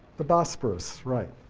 the bosporus, right.